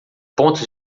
pontos